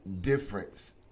difference